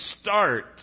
start